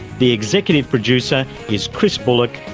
the executive producer is chris bullock,